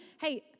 hey